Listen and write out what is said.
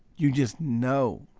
you just know.